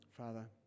Father